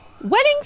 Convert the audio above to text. Wedding